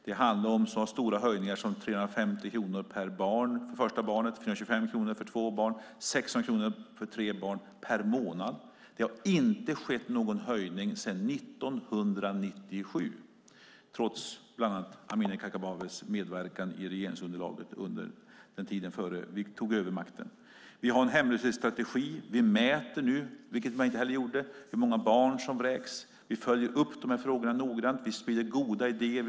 Det handlar om så stora höjningar som 350 kronor för ett barn, 425 kronor för två barn och 600 kronor för tre barn per månad. Det har inte skett någon höjning sedan 1997, trots bland andra Amineh Kakabavehs medverkan i regeringsunderlaget under tiden innan vi tog över makten. Vi har en hemlöshetsstrategi. Vi mäter hur många barn som vräks, vilket man inte gjorde tidigare. Vi följer upp frågorna noga. Vi sprider goda idéer.